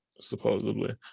supposedly